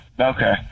Okay